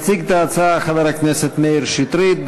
יציג את ההצעה חבר הכנסת מאיר שטרית.